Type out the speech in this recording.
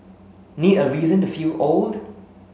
need a reason to feel old